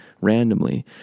randomly